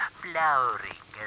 flowering